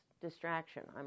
distraction